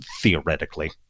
theoretically